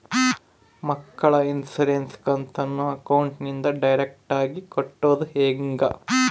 ಮಕ್ಕಳ ಇನ್ಸುರೆನ್ಸ್ ಕಂತನ್ನ ಅಕೌಂಟಿಂದ ಡೈರೆಕ್ಟಾಗಿ ಕಟ್ಟೋದು ಹೆಂಗ?